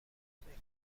میکنیم